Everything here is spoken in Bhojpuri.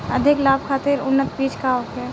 अधिक लाभ खातिर उन्नत बीज का होखे?